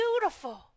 beautiful